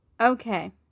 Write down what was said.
Okay